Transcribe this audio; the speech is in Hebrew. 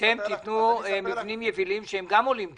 אתם תיתנו מבנים יבילים שהם גם עולים כסף.